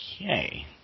Okay